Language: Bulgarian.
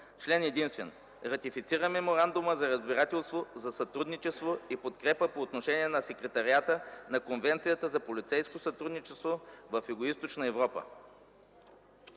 Член единствен. Ратифицира Меморандума за разбирателство за сътрудничество и подкрепа по отношение на Секретариата на Конвенцията за полицейско сътрудничество в Югоизточна Европа,